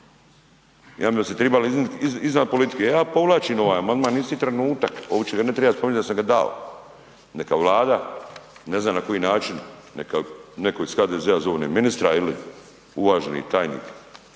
ja mislim da bi se tribali izdignut iznad politike, ja povlačim ovaj amandman isti trenutak opće ga ne triba spominjat da sam ga dao. Neka Vlada, ne znam na koji način neka neko iz HDZ-a zovne ministra ili uvaženi tajnik